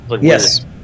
yes